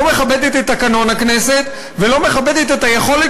לא מכבדת את תקנון הכנסת ולא מכבדת את היכולת